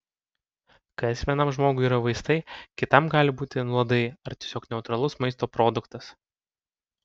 kas vienam žmogui yra vaistai kitam gali būti nuodai ar tiesiog neutralus maisto produktas